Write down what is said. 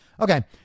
Okay